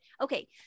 Okay